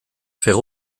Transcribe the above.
faire